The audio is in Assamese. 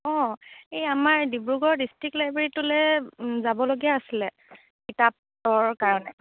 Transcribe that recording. অ' এই আমাৰ ডিব্ৰুগড় ডিষ্ট্ৰিক্ট লাইব্ৰেৰীটোলৈ যাবলগীয়া আছিলে কিতাপৰ কাৰণে